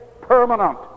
permanent